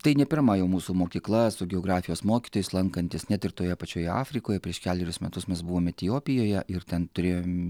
tai ne pirma jau mūsų mokykla su geografijos mokytojais lankantis net ir toje pačioje afrikoje prieš kelerius metus mes buvom etiopijoje ir ten turėjom